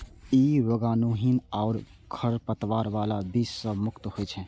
ई रोगाणुहीन आ खरपतवार बला बीज सं मुक्त होइ छै